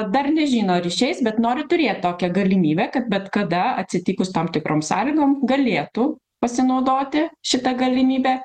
dar nežino ar išeis bet nori turėt tokią galimybę kad bet kada atsitikus tam tikrom sąlygom galėtų pasinaudoti šita galimybe